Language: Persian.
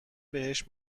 بهش